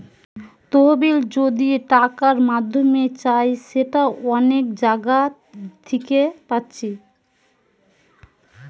তহবিল যদি টাকার মাধ্যমে চাই সেটা অনেক জাগা থিকে পাচ্ছি